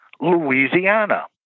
Louisiana